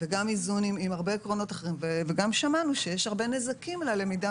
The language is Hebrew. וגם איזון עם הרבה עקרונות אחרים וגם שמענו שיש הרבה נזקים ללמידה